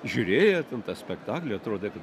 žiūrėjo ten tą spektaklį atrodė kad